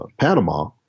Panama